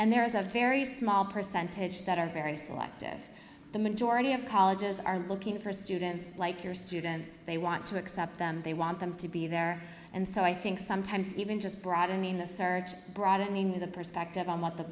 and there is a very small percentage that are very selective the majority of colleges are looking for students like your students they want to accept them they want them to be there and so i think sometimes even just broadening the search broadening the perspective on what the